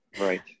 Right